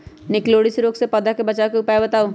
निककरोलीसिस रोग से पौधा के बचाव के उपाय बताऊ?